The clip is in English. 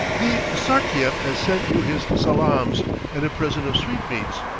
the sartiep has sent you his salaams and a present of sweetmeats,